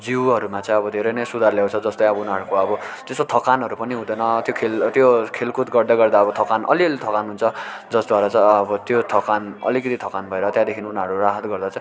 जिउहरूमा चाहिँ अब धेरै नै सुधार ल्याउँछ जस्तै अब उनीहरूको अब त्यस्तो थकानहरू पनि हुँदैन त्यो खेल त्यो खेलकुद गर्दा गर्दा अब थकान अलिअलि थकान हुन्छ जसद्वारा चाहिँ अब त्यो थकान अलिकति थकान भएर त्यहाँदेखि उनीहरू राहात गर्दछ